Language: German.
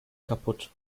kapput